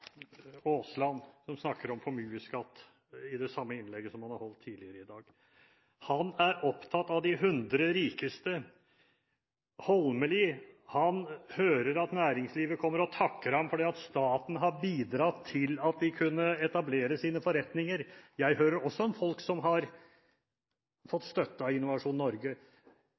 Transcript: Aasland, som snakker om formuesskatt, det samme som i innlegget han har holdt tidligere i dag: Han er opptatt av de hundre rikeste. Holmelid hører at næringslivet kommer og takker ham for at staten har bidratt til at de kunne etablere sine forretninger. Jeg hører også om folk som har fått støtte av Innovasjon Norge.